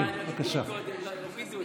זה חלק מהדמוקרטיה.